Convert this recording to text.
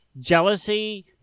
jealousy